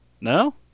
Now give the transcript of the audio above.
No